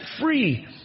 free